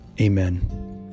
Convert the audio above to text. Amen